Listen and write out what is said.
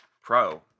pro